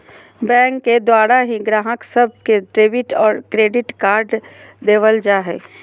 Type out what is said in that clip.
bank के द्वारा ही गाहक सब के डेबिट और क्रेडिट कार्ड देवल जा हय